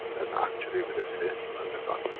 and actually with a fist and a gun.